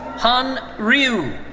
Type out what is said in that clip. han ryu.